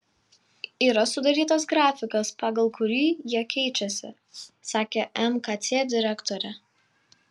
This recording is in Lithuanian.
yra sudarytas grafikas pagal kurį jie keičiasi sakė mkc direktorė